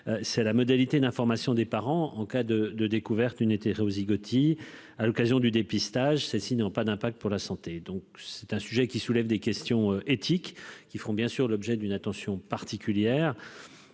c'est la modalité d'information des parents en cas de de découverte, une Ray Ozzie Gotti, à l'occasion du dépistage, celles-ci n'ont pas d'impact pour la santé, donc c'est un sujet qui soulève des questions éthiques qui font bien sûr l'objet d'une attention particulière